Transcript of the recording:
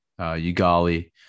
Ugali